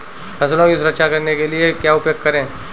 फसलों की सुरक्षा करने के लिए क्या उपाय करें?